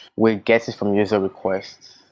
we get it from user requests.